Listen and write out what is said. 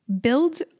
build